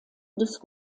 des